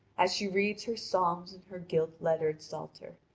as she reads her psalms in her gilt lettered psalter.